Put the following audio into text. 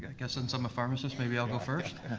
guess since i'm a pharmacist, maybe i'll go first.